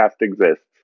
exists